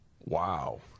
wow